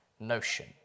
Notion